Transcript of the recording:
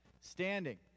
standing